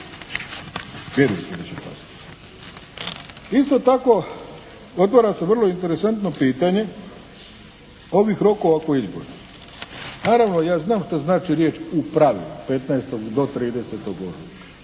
Isto tako otvara se vrlo interesantno pitanje ovih rokova oko izbora. Naravno ja znam šta znači riječ u pravilu 15. do 30. ožujka.